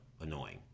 annoying